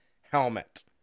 helmet